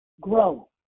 grow